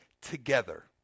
together